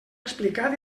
explicat